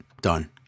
Done